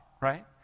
right